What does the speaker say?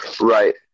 Right